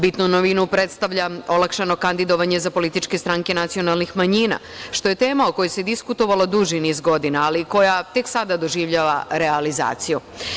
Bitnu novinu predstavlja olakšano kandidovanje za političke stranke nacionalnih manjina, što je tema o kojoj se diskutovalo duži niz godina, ali koja tek sada doživljava realizaciju.